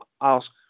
ask